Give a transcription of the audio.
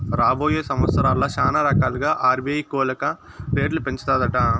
రాబోయే సంవత్సరాల్ల శానారకాలుగా ఆర్బీఐ కోలక రేట్లు పెంచతాదట